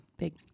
big